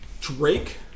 Drake